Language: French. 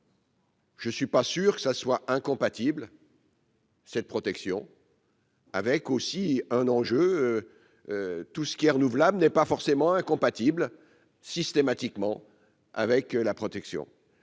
Je suis pas sûr que ça soit incompatible. Cette protection. Avec aussi un enjeu tout ce qui est renouvelable n'est pas forcément incompatibles systématiquement avec la protection